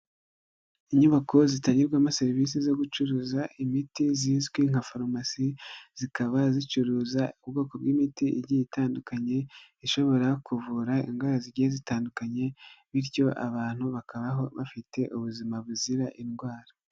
Inyubako zitangirwamo serivisi zo gucuruza imiti zizwi nka farumasi zikaba zicuruza ubwoko bw'imiti bugiye butandukanye, ishobora kuvura indwara zigiye zitandukanye bityo abantu bakabaho bafite ubuzima buzira indwara.